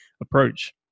approach